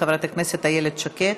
חברת הכנסת איילת שקד.